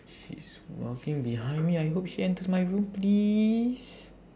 she's walking behind me I hope she enters my room please